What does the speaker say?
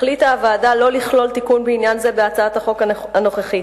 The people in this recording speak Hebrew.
החליטה הוועדה שלא לכלול תיקון בעניין זה בהצעת החוק הנוכחית.